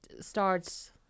starts